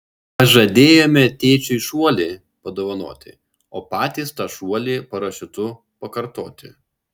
pažadėjome tėčiui šuolį padovanoti o patys tą šuolį parašiutu pakartoti